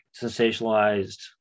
sensationalized